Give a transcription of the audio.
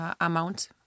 amount